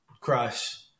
crush